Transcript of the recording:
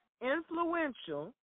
influential